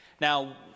Now